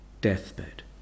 deathbed